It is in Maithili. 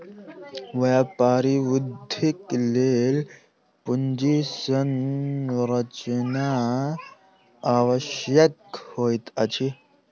व्यापार वृद्धिक लेल पूंजी संरचना आवश्यक होइत अछि